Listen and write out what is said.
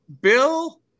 Bill